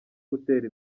gutera